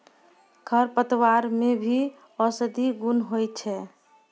खरपतवार मे भी औषद्धि गुण होय छै